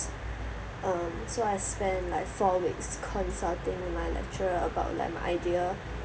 um so I spend like four weeks consulting a my lecturer about like my idea